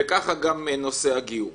וככה גם נושא הגיור.